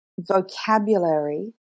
vocabulary